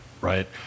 right